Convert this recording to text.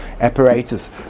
apparatus